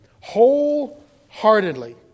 Wholeheartedly